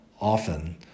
often